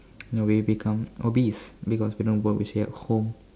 you know we become obese because we don't work we stay at home